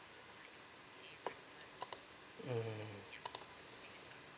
mm